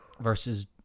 versus